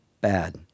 bad